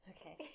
Okay